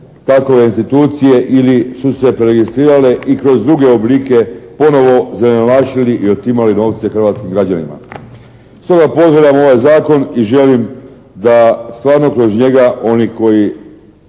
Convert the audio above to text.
takove institucije ili su se preregistrirale i kroz druge oblike ponovo zelenašili i otimali novce hrvatskim građanima. Stoga pozdravljam ovaj zakon i želim da stvarno kroz njega oni koji